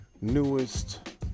newest